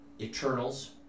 Eternals